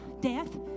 Death